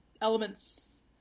elements